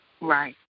Right